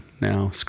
Now